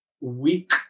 weak